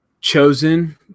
chosen